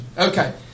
Okay